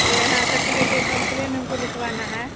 के यहाँ कथी कहै छै कम्प्लेन हमको लिखवाना है